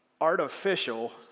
Artificial